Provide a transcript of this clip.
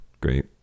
Great